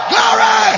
Glory